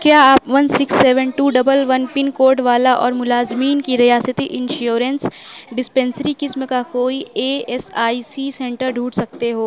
کیا آپ one six seven two double one pin code والا اور ملازمین کی ریاستی انشورنس ڈسپنسری قسم کا کوئی E S I C centre ڈھونڈ سکتے ہو